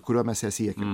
kuriuo mes ją siekiam